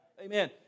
Amen